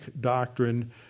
doctrine